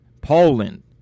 Poland